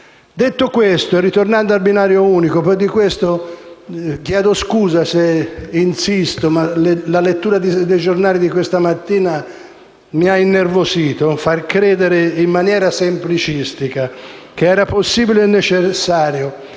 Detto questo e ritornando al binario unico (mi scuso se insisto, ma la lettura dei giornali di questa mattina mi ha innervosito), far credere in maniera semplicistica che era possibile e necessario